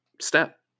step